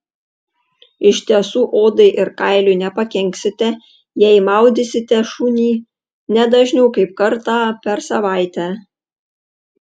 iš tiesų odai ir kailiui nepakenksite jei maudysite šunį ne dažniau kaip kartą per savaitę